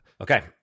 Okay